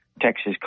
texas